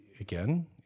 again